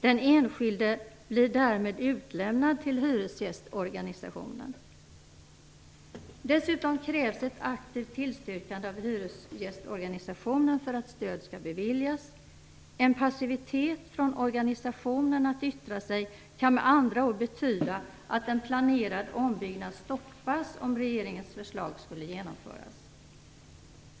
Den enskilde blir därmed utlämnad till hyresgästorganisationen. Dessutom krävs ett aktivt tillstyrkande av hyresgästorganisationen för att stöd skall beviljas. En passivitet från organisationen att yttra sig kan med andra ord betyda att en planerad ombyggnad stoppas om regeringens förslag skulle genomföras.